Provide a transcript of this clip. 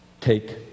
Take